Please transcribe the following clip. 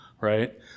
right